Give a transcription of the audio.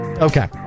Okay